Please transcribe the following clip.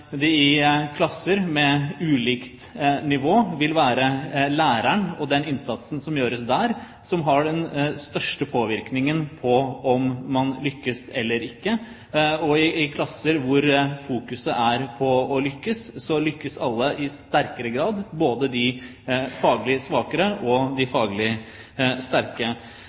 at i klasser med ulikt nivå vil det være læreren og den innsatsen som gjøres der, som vil ha den største påvirkningen på om man lykkes eller ikke. I klasser hvor fokuset er på å lykkes, lykkes alle i sterkere grad – både de faglig svakere og de faglig sterke.